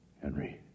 Henry